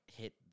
hit